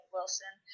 Wilson